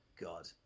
god